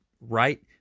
right